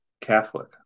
Catholic